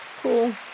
Cool